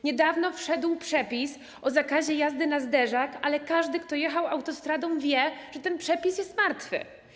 Niedawno wszedł przepis o zakazie jazdy na zderzak, ale każdy, kto jechał autostradą, wie, że ten przepis jest martwy.